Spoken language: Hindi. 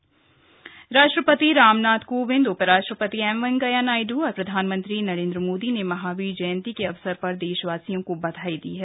महावीर जयंती राष्ट्रपति रामनाथ कोविंद उपराष्ट्रपति एम वेंकैया नायडु और प्रधानमंत्री नरेंद्र मोदी ने महावीर जयंती के अवसर पर देशवासियों को बधाई दी है